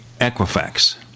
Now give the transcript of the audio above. equifax